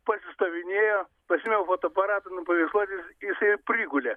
pasistovinėjo pasiėmiau fotoaparatą nupaveiksluoti jisai prigulė